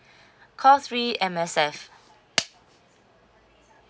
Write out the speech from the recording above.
call three M_S_F